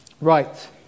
Right